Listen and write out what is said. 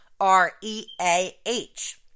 R-E-A-H